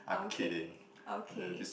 okay okay